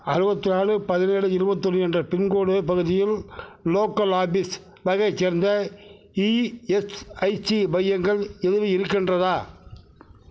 அறுபத்தி நாலு பதினேழு இருபத்தி ஒன்று என்ற பின்கோடு பகுதியில் லோக்கல் ஆஃபீஸ் வகையைச் சேர்ந்த இஎஸ்ஐசி மையங்கள் எதுவும் இருக்கின்றதா